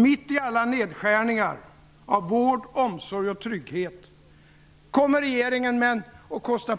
Mitt i alla nedskärningar av vård, omsorg och trygghet kostar regeringen